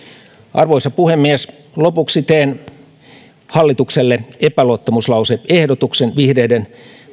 arvoisa puhemies lopuksi teen hallitukselle epäluottamuslause ehdotuksen vihreiden